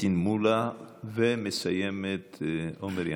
פטין מולא, ומסיימת עומר ינקלביץ'.